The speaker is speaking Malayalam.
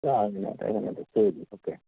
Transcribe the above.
ആ അങ്ങനെയാവട്ടെ അങ്ങനെയാവട്ടെ ശരി ഓക്കെ